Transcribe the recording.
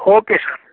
okay sir